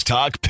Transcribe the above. Talk